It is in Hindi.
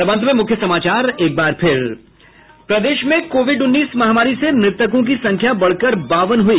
और अब अंत में मूख्य समाचार एक बार फिर प्रदेश में कोविड उन्नीस महामारी से मृतकों की संख्या बढ़कर बावन हुई